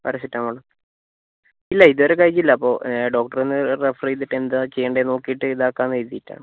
paracetamol ഇല്ല ഇതുവരെ കഴിച്ചില്ല അപ്പോൾ ഡോക്ടര് ഒന്ന് റെഫര് ചെയ്തിട്ട് എന്താണ് ചെയ്യേണ്ടതെന്ന് നോക്കിയിട്ട് ഇതാക്കാം എന്ന് കരുതിയിട്ടാണ്